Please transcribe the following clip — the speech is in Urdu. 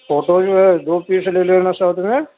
فوٹو جو ہے دو پیس لے لینا ساتھ میں